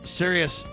serious